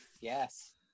yes